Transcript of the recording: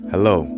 Hello